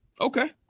Okay